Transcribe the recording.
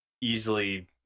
easily